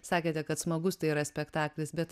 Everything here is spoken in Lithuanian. sakėte kad smagus tai yra spektaklis bet